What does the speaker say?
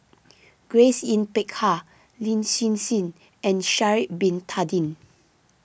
Grace Yin Peck Ha Lin Hsin Hsin and Sha'ari Bin Tadin